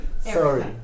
Sorry